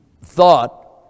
thought